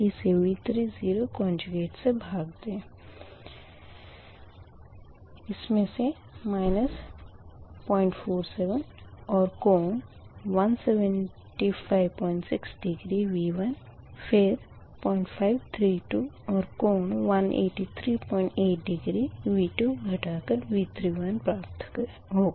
इसे V30 conjugate से भाग दे इसमें से 047 और कोण 1756 डिग्री V1 फिर 0532 और कोण 1838 डिग्री V2 घटा कर V31 प्राप्त होगा